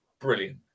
brilliant